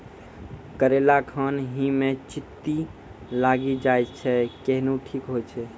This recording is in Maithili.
करेला खान ही मे चित्ती लागी जाए छै केहनो ठीक हो छ?